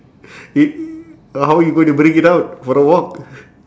it uh how you gonna bring it out for a walk